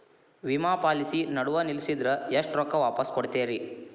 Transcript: ವಿಮಾ ಪಾಲಿಸಿ ನಡುವ ನಿಲ್ಲಸಿದ್ರ ಎಷ್ಟ ರೊಕ್ಕ ವಾಪಸ್ ಕೊಡ್ತೇರಿ?